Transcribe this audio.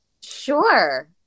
Sure